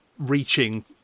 reaching